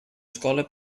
escola